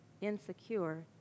insecure